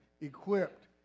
equipped